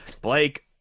Blake